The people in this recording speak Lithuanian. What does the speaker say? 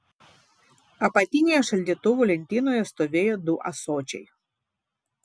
apatinėje šaldytuvo lentynoje stovėjo du ąsočiai